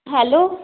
hello